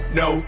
no